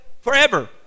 forever